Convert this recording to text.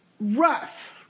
rough